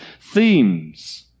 themes